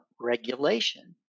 regulation